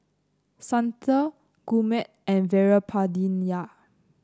Santha Gurmeet and Veerapandiya